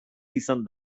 izan